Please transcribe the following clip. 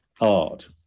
art